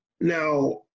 Now